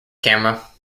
camera